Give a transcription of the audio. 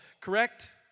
correct